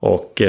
Och